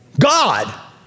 God